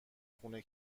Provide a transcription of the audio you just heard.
خونه